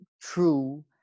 true